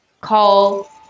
Call